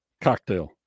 cocktail